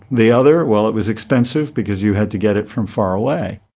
the other, well, it was expensive because you had to get it from far away.